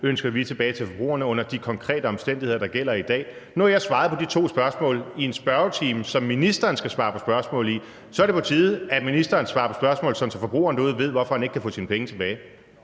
ønsker vi tilbage til forbrugerne under de konkrete omstændigheder, der gælder i dag. Nu har jeg svaret på de to spørgsmål i en spørgetid, som ministeren skal svare på spørgsmål i. Så er det på tide, at ministeren svarer på spørgsmål, sådan at forbrugeren derude ved, hvorfor han ikke kan få sine penge tilbage.